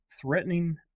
threatening